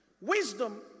Wisdom